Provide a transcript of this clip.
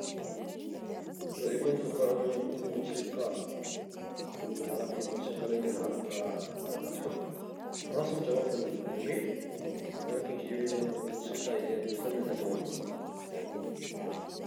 دائما نفضل انني نكون موسيقار لان علاقتي بالموسيقى دائما علاقة علاقة حب الرسم حتى هو جميل ولكن انا كدجيني الموسيقى هي الفن الادوم